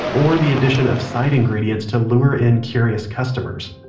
or the addition of side ingredients to lure in curious customers.